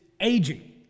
Aging